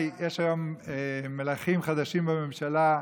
יש היום מלכים חדשים בממשלה,